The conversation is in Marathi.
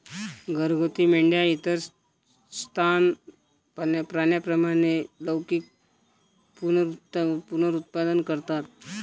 घरगुती मेंढ्या इतर सस्तन प्राण्यांप्रमाणे लैंगिक पुनरुत्पादन करतात